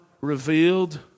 revealed